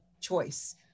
choice